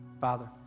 Father